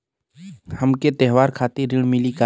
हमके त्योहार खातिर ऋण मिली का?